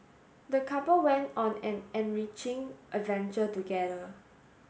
the couple went on an enriching adventure together